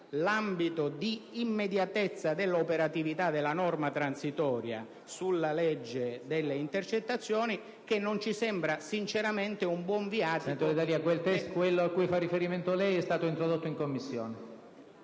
l'ambito di immediatezza dell'operatività della norma transitoria sulla legge delle intercettazioni, che non ci sembra sinceramente un buon viatico.